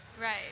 right